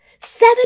seven